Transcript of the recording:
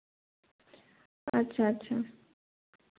ᱟᱪᱪᱷᱟ ᱟᱪᱪᱷᱟ